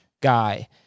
guy